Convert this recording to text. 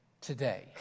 today